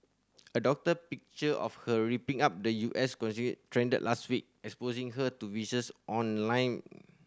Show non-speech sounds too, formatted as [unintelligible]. a doctored picture of her ripping up the U S [unintelligible] trended last week exposing her to vicious online